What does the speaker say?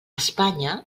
espanya